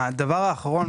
דבר אחרון,